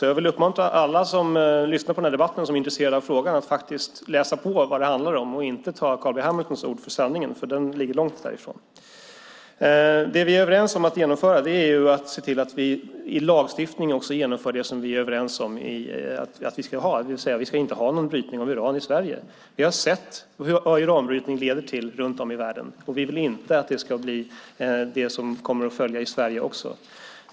Jag vill uppmana alla som lyssnar på debatten och är intresserade av frågan att läsa på för att se vad det handlar om och inte ta Carl B Hamiltons ord för sanning, för den ligger långt från det han sade. Vi är överens om att i lagstiftningen införa att vi inte ska ha någon brytning av uran i Sverige. Vi har sett vad uranbrytning leder till runt om i världen, och vi vill inte att det ska bli följden i Sverige.